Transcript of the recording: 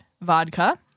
vodka